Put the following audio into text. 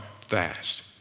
fast